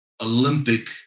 Olympic